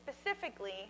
specifically